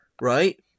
right